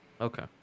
okay